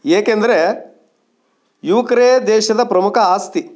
ಏಕೆಂದರೆ ಯುವಕ್ರೇ ದೇಶದ ಪ್ರಮುಖ ಆಸ್ತಿ